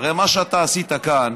הרי מה שאתה עשית כאן,